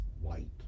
white